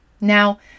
Now